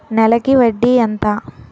నెలకి వడ్డీ ఎంత?